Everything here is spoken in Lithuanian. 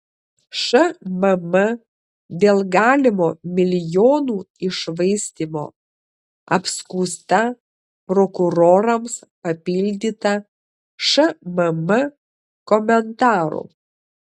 šmm dėl galimo milijonų iššvaistymo apskųsta prokurorams papildyta šmm komentaru